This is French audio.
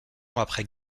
après